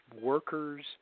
workers